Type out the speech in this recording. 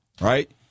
Right